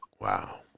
wow